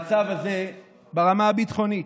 המצב הזה ברמה הביטחונית,